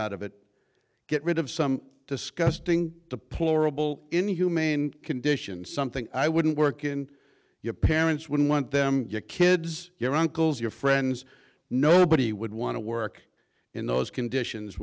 out of it get rid of some disgusting deplorable inhumane conditions something i wouldn't work and your parents wouldn't want them your kids your uncles your friends nobody would want to work in those conditions